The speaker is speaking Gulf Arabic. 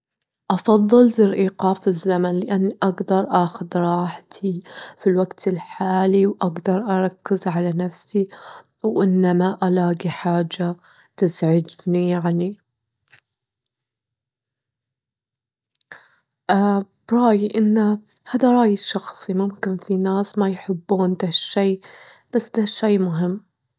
أفضل زر إيقاف الزمن، لأني أجدر أخد راحتي في الوقت الحالي، وأجدر أركز على نفسي، وإني ما ألاجي حاجة تزعجني يعني، برايي إن هادا رايي الشخصي ممكن في ناس مايحبون دة الشي، بس دة الشي مهم.